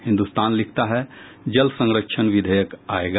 हिन्दुस्तान लिखता है जल संरक्षण पर विधेयक आयेगा